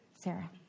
Sarah